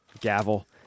Gavel